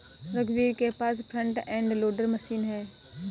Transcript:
रघुवीर के पास फ्रंट एंड लोडर मशीन है